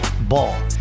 Ball